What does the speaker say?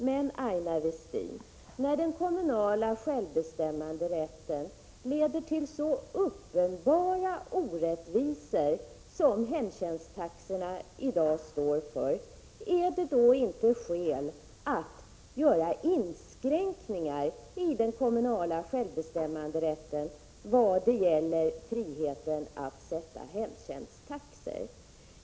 Men, Aina Westin, när den kommunala självbestämmanderätten leder till så uppenbara orättvisor som hemtjänsttaxorna i dag står för, är det då inte skäl att göra inskränkningar i den kommunala självbestämmanderätten vad gäller friheten att sätta hemtjänsttaxor?